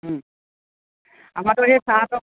আমাৰতো এই ছাৰহঁতৰ